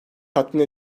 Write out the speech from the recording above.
tatmin